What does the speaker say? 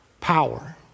power